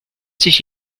sich